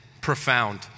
profound